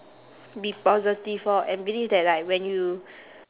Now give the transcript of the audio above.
be positive lor and believe that like when you